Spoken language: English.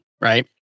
right